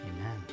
Amen